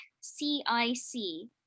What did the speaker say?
C-I-C